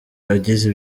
yagize